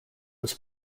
was